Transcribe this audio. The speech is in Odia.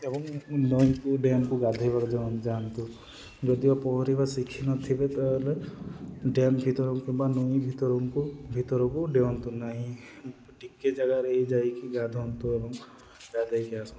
ଏବଂ ନଈକୁ ଡ୍ୟାମକୁ ଗାଧେଇବାକୁ ଯାଆନ୍ତୁ ଯଦିଓ ପହଁରିବା ଶିଖିନଥିବେ ତାହେଲେ ଡ୍ୟାମ୍ ଭିତର କିମ୍ବା ନଈ ଭିତରଙ୍କୁ ଭିତରକୁ ଡିଅନ୍ତୁ ନାହିଁ ଟିକେ ଜାଗାରେ ଏଇ ଯାଇକି ଗାଧାନ୍ତୁ ଏବଂ ଗାଧେଇକି ଆସନ୍ତୁ